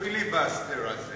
השאלה אם הפיליבסטר הזה